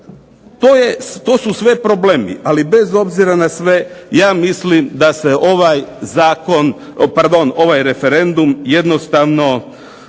To su sve problemi, ali bez obzira na sve ja mislim da se ovaj referendum jednostavno